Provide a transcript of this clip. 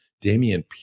damian